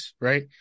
right